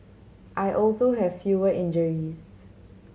I also have fewer injuries